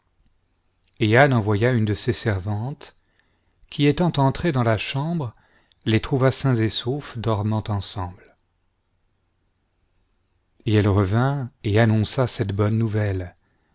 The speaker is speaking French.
envoya une de ses servantes qui étant entrée dans la chambre les trouva sains et saufs dormant ensemble et elle revint et annonça cette bonne nouvelle